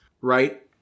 right